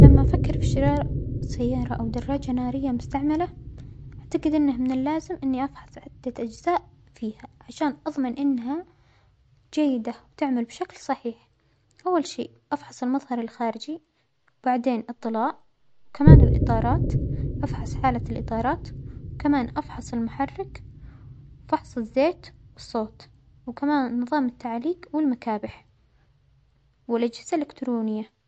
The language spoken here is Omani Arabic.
لما أفكر في شراء سيارة أو دراجة نارية مستعملة أعتجد أنه من اللازم إنى أفحص عدة أجزاء فيها عشان أظمن أنها جيدة وتعمل بشكل صحيح، أول شيء أفحص المظهر الخارجي وبعدين الطلاء وكمان الإطارات أفحص حالة الإطارات، وكمان أفحص المحرك فحص الزيت والصوت وكمان نظام التعليج والمكابح والأجهزة الإلكترونية.